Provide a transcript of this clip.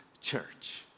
church